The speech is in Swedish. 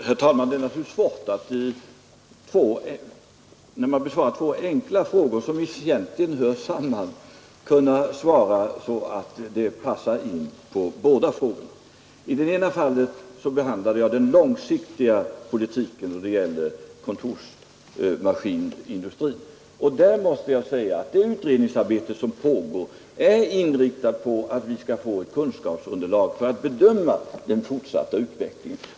Herr talman! När man besvarar två enkla frågor som egentligen hör samman är det naturligtvis svårt att svara så att det passar in på båda frågorna. I det ena fallet behandlade jag den långsiktiga politiken då det gällde kontorsmaskinindustrin. Det utredningsarbete som pågår där är inriktat på att få fram ett kunskapsunderlag för att bedöma den fortsatta utvecklingen.